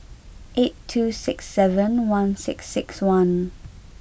eight two six seven one six six one